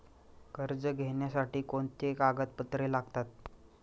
कर्ज घेण्यासाठी कोणती कागदपत्रे लागतात?